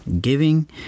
Giving